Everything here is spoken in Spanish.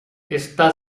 está